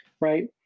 right